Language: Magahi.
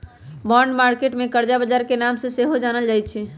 बॉन्ड मार्केट के करजा बजार के नाम से सेहो जानल जाइ छइ